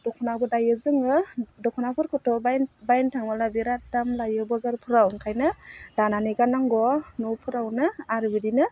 दख्नाबो दायो जोङो दख्नाफोरखौथ' बाय बायनो थांबोला बिराद दाम लायो बजारफ्राव ओंखायनो दानानै गाननांग' न'फोरावनो आरो बिदिनो